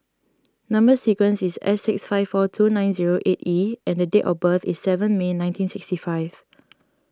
Number Sequence is S six five four two nine zero eight E and date of birth is seven May nineteen sixty five